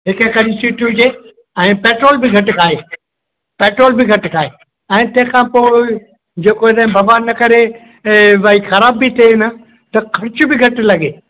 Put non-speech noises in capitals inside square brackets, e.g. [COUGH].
हिकु [UNINTELLIGIBLE] जे ऐं पेट्रोल बि घटि खाए पेट्रोल बि घटि खाए ऐं तंहिंखां पोइ जेको हिन भॻवानु न करे ऐं भई ख़राबु बि थिए न त ख़र्चु बि घटि लॻे